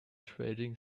trading